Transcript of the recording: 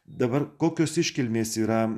dabar kokios iškilmės yra